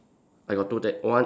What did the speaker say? I got two ted~ one